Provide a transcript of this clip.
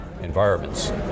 environments